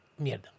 Mierda